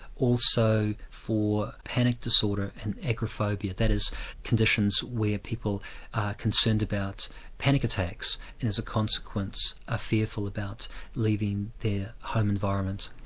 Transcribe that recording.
also for panic disorder and agoraphobia, that is conditions where people are concerned about panic attacks and as a consequence are ah fearful about leaving their home environment.